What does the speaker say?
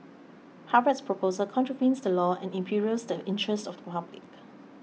Harvard's proposal contravenes the law and imperils the interest of the public